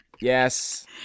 Yes